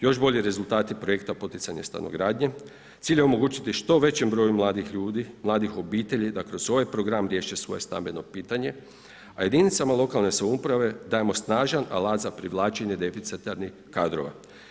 Još bolji rezultati projekta poticanja stanogradnje, cilj je omogućiti što većem broju mladih ljudi, mladih obitelji da kroz ovaj program riješe svoje stambeno pitanje a jedinicama lokalne samouprave dajemo snažan alat za privlačenje deficitarnih kadrova.